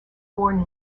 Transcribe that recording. born